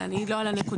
אבל אני לא על הנקודה